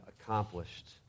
accomplished